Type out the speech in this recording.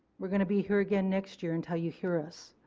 we are going to be here again next year until you hear us.